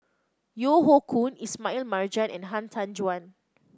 Yeo Hoe Koon Ismail Marjan and Han Tan Juan